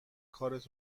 کارت